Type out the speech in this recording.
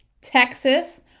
Texas